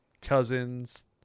cousins